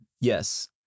Yes